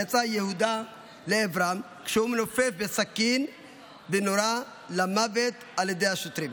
יצא יהודה לעברם כשהוא מנופף בסכין ונורה למוות על ידי השוטרים.